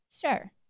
Sure